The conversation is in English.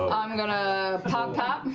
i'm going to pop pop.